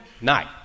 night